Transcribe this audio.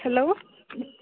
hello